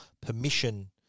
permission